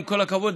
עם כל הכבוד,